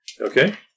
Okay